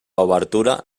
obertura